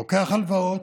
הוא לוקח הלוואות,